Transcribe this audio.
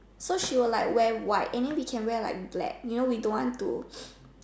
so she will like wear white and then we can wear black you know we don't want to